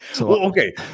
Okay